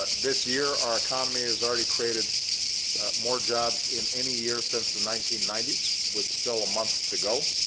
but this year, our economy has already created more jobs in any year since the nineteen ninety s, with still a month to go.